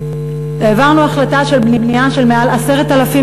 העברנו החלטה של בנייה של מעל 10,000